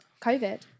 COVID